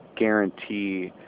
guarantee